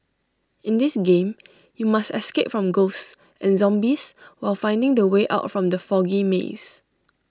in this game you must escape from ghosts and zombies while finding the way out from the foggy maze